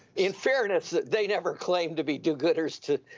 in fairness, they never claimed to be do-gooders to